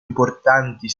importanti